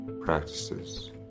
practices